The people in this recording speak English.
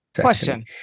Question